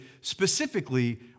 specifically